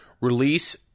release